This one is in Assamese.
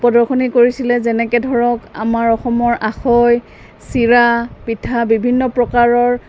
প্ৰদৰ্শনী কৰিছিলে যেনেকৈ ধৰক আমাৰ অসমৰ আখৈ চিৰা পিঠা বিভিন্ন প্ৰকাৰৰ